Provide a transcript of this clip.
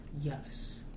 Yes